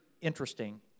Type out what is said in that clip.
interesting